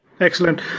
Excellent